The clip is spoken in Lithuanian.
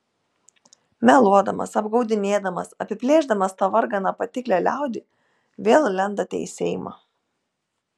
meluodamas apgaudinėdamas apiplėšdamas tą varganą patiklią liaudį vėl lendate į seimą